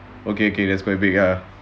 okay okay that's quite big ah